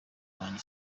wanjye